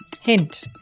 Hint